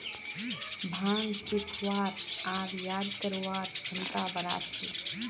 भांग सीखवार आर याद करवार क्षमता बढ़ा छे